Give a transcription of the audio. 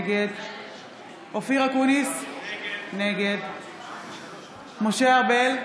נגד אופיר אקוניס, נגד משה ארבל,